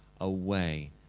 away